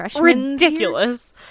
ridiculous